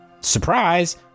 surprise